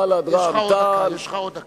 בל"ד ורע"ם תע"ל,